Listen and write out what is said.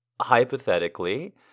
hypothetically